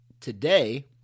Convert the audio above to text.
today